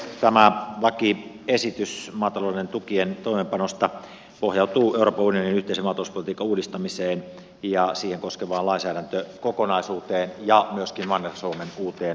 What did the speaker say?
tämä lakiesitys maatalouden tukien toimeenpanosta pohjautuu euroopan unionin yhteisen maatalouspolitiikan uudistamiseen ja sitä koskevaan lainsäädäntökokonaisuuteen ja myöskin manner suomen uuteen maaseutuohjelmaan